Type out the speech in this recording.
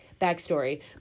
backstory